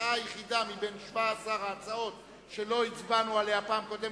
ההצעה היחידה מבין 17 ההצעות שלא הצבענו עליה בפעם הקודמת,